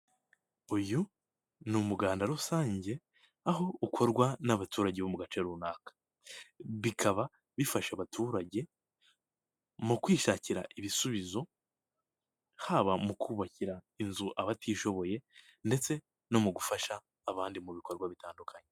Uyu ni umuganda rusange aho ukorwa n'abaturage bo mu gace runaka, bikaba bifasha abaturage mu kwishakira ibisubizo, haba mu kubakira inzu abatishoboye ndetse no mu gufasha abandi mu bikorwa bitandukanye.